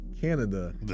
Canada